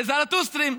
לזורואסטרים,